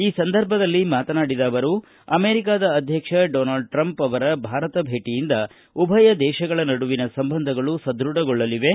ಈ ಸಂದರ್ಭದಲ್ಲಿ ಮಾತನಾಡಿದ ಅವರು ಅಮೆರಿಕಾದ ಅಧ್ಯಕ್ಷ ಡೊನಾಲ್ಡ್ ಟ್ರಂಪ್ ಅವರ ಭಾರತ ಭೇಟಿಯಿಂದ ಉಭಯ ದೇಶಗಳ ನಡುವಿನ ಸಂಬಂಧಗಳು ಸುಧ್ವಢಗೊಳ್ಳಲಿವೆ